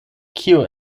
kio